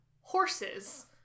horses